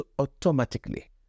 automatically